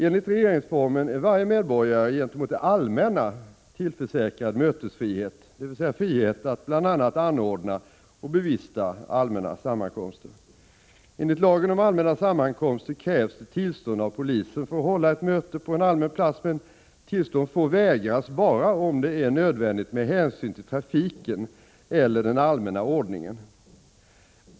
Enligt regeringsformen är varje medborgare gentemot det allmänna tillförsäkrad mötesfrihet, dvs. frihet att bl.a. anordna och bevista allmänna sammankomster. Enligt lagen om allmänna sammankomster krävs det tillstånd av polisen för att hålla ett möte på en allmän plats, men tillstånd får vägras bara om det är nödvändigt med hänsyn till trafiken eller den allmänna ordningen.